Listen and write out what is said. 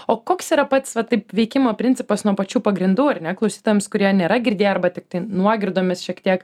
o koks yra pats va taip veikimo principas nuo pačių pagrindų ar ne klausytojams kurie nėra girdėję arba tiktai nuogirdomis šiek tiek